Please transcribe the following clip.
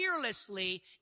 fearlessly